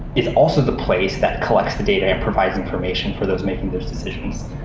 it's also the place that collects the data and provides information for those making those decisions.